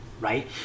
right